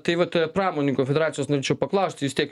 tai vat pramoninkų federacijos norėčiau paklausti vis tiek